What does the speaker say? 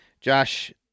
Josh